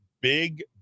big